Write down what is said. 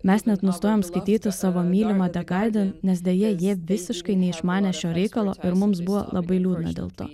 mes net nustojom skaityti savo mylimą de garden nes deja jie visiškai neišmanė šio reikalo ir mums buvo labai liūdna dėl to